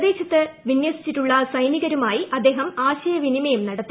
പ്രദേശത്ത് വിന്യസിച്ചിട്ടുളള സൈനികരുമായി അദ്ദേഹം ആശയവിനിമയം നടത്തി